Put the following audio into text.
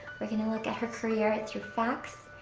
we're gonna look at her career through facts,